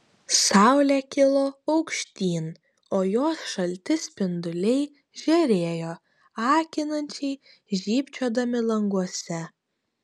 saulė kilo aukštyn o jos šalti spinduliai žėrėjo akinančiai žybčiodami languose